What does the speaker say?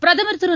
பிரதமர் திரு